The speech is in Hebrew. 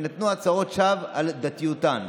שנתנו הצהרות שווא על דתיותן.